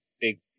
big